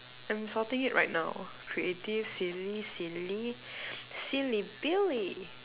I'm sorting it right now creative silly silly silly Billy